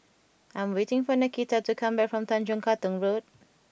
I am waiting for Nakita to come back from Tanjong Katong Road